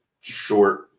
short